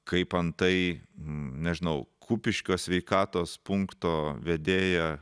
kaip antai nežinau kupiškio sveikatos punkto vedėją